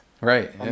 Right